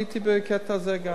הייתי בקטע הזה גם,